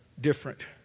different